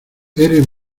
eres